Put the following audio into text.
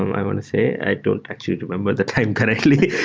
and i want to say. i don't actually remember the time correctly.